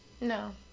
No